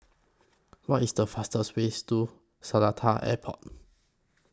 What IS The fastest Way to Seletar Airport